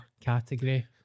category